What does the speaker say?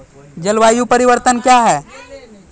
जलवायु परिवर्तन कया हैं?